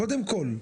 קודם כל,